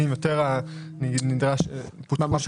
פותחו,